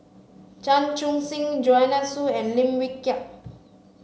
Chan Chun Sing Joanne Soo and Lim Wee Kiak